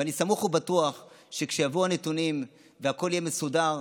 ואני סמוך ובטוח שכאשר יבואו הנתונים והכול יהיה מסודר,